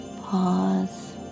pause